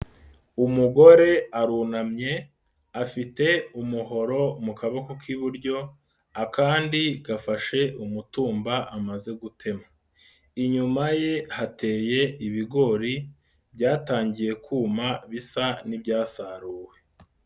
Umugore arunamye afite umuhoro mu kaboko k'iburyo, akandi gafashe umutumba amaze gutema. Inyuma ye hateye ibigori byatangiye kuma bisa n'ibyasaruwe.